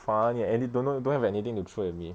funny eh any don't know don't have anything to throw at me